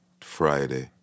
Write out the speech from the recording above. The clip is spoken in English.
Friday